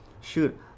Shoot